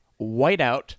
whiteout